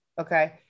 okay